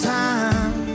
time